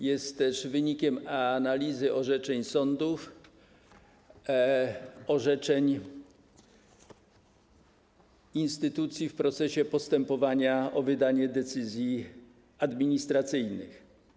Jest też wynikiem analizy orzeczeń sądów, orzeczeń instytucji w procesie postępowania o wydanie decyzji administracyjnych.